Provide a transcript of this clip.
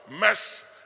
mess